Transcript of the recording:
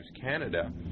Canada